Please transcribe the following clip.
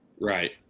Right